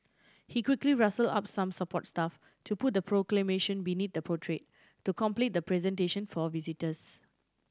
he quickly rustled up some support staff to put the Proclamation beneath the portrait to complete the presentation for visitors